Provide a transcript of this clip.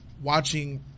watching